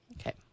Okay